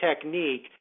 technique